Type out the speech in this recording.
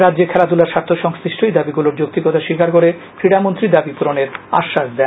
রাজ্যের খেলাধুলার স্বার্থ সংশ্লিষ্ট ওই দাবীগুলোয় যৌক্তিকতা স্বীকার করে ক্রীড়ামন্ত্রী দাবী পূরনের আশ্বাস দেন